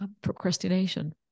procrastination